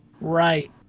Right